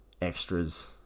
extras